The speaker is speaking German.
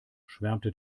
schwärmte